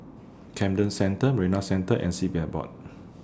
Camden Centre Marina Centre and C P F Board